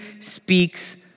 speaks